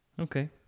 Okay